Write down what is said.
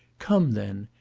come, then!